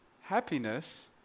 Happiness